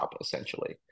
essentially